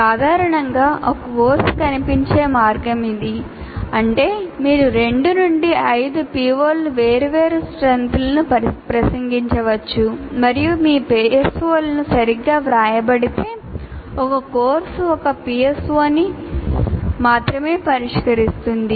సాధారణంగా ఒక కోర్సు కనిపించే మార్గం ఇది అంటే మీరు 2 నుండి 5 PO లను వేర్వేరు strengths ప్రసంగించవచ్చు మరియు మీ PSO లు సరిగ్గా వ్రాయబడితే ఒక కోర్సు ఒక PSO ని మాత్రమే పరిష్కరిస్తుంది